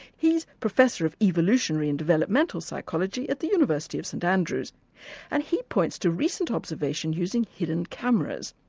he is professor of evolutionary and developmental psychology at the university of st andrews and he points to recent observations using hidden cameras.